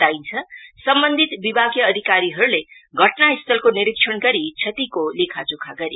बताइन्छ सम्बन्धित विभागीय अधिकारीहरुले घटनास्थलको निरीक्षण गरी क्षतिको लेखाजोखा गरे